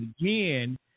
again